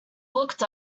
looked